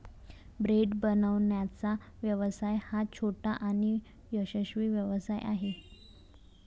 bread बनवण्याचा व्यवसाय हा छोटा आणि यशस्वी व्यवसाय आहे